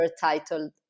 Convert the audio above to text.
titled